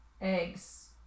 Eggs